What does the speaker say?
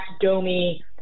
Domi